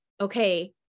Okay